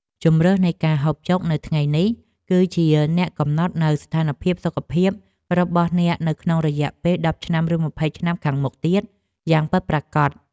ជម្រើសនៃការហូបចុកនៅថ្ងៃនេះ គឺជាអ្នកកំណត់នូវស្ថានភាពសុខភាពរបស់អ្នកនៅក្នុងរយៈពេលដប់ឬម្ភៃឆ្នាំខាងមុខទៀតយ៉ាងពិតប្រាកដ។